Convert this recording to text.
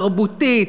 תרבותית.